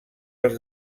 els